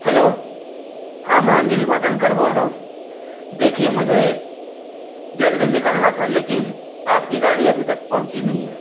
hello हाँ मैं अनिल मदनकर बोल रहा हूँ देखिए मुझे जल्दी निकलना था लेकिन आपकी गाड़ी अभी तक पहुँची नहीं है